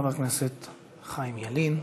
חבר הכנסת חיים ילין.